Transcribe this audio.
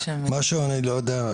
למה זה אני לא יודע,